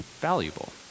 valuable